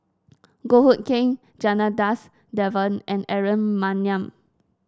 Goh Hood Keng Janadas Devan and Aaron Maniam